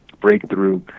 Breakthrough